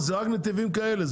זה רק נתיבים כאלה.